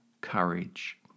courage